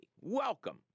welcome